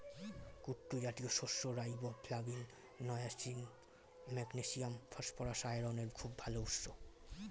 কুট্টু জাতীয় শস্য riboflavin, niacin, magnesium, phosphorus, আয়রনের খুব ভাল উৎস